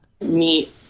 Meet